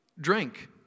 Drink